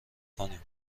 کنیم